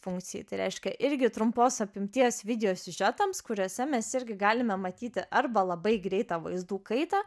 funckijai tai reiškia irgi trumpos apimties video siužetams kuriuose mes irgi galime matyti arba labai greitą vaizdų kaitą